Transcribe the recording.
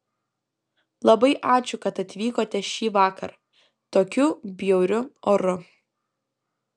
labai ačiū kad atvykote šįvakar tokiu bjauriu oru